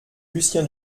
lucien